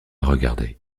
regarder